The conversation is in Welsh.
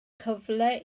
cyfle